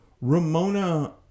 Ramona